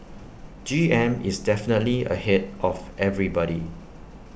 G M is definitely ahead of everybody